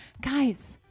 Guys